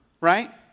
Right